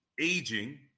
aging